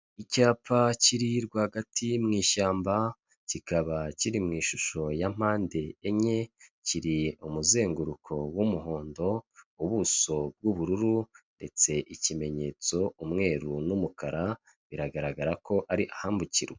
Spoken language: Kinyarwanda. Icyapa kiri rwagati mu ishyamba, kikaba kiri mu ishusho ya mpande enye, kiri mu muzenguruko w'umuhondo, ubuso bw'ubururu ndetse ikimenyetso umweru n'umukara, biragaragara ko ari ahambukirwa.